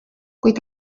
kuid